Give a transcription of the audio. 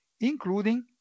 including